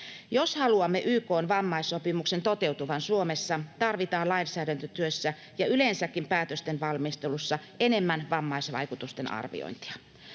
Jos haluamme YK:n vammaissopimuksen toteutuvan Suomessa, tarvitaan lainsäädäntötyössä ja yleensäkin päätösten valmistelussa enemmän vammaisvaikutusten arviointia.